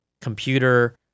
computer